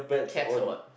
cat or what